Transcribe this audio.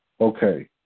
Okay